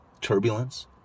turbulence